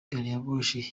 gariyamoshi